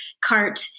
cart